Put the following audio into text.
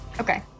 okay